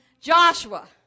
Joshua